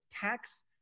tax